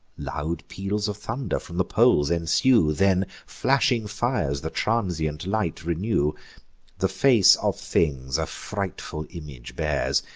loud peals of thunder from the poles ensue then flashing fires the transient light renew the face of things a frightful image bears,